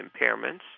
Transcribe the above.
impairments